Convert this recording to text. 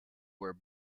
were